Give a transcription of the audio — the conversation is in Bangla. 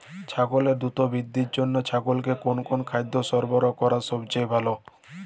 ছাগলের দ্রুত বৃদ্ধির জন্য ছাগলকে কোন কোন খাদ্য সরবরাহ করা সবচেয়ে ভালো?